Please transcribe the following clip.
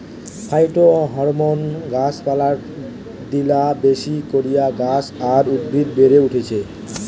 phytohormone গাছ পালায় দিলা বেশি কইরা গাছ আর উদ্ভিদ বেড়ে উঠতিছে